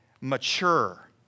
mature